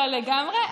לא, לגמרי.